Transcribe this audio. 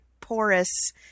porous